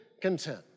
content